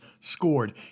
scored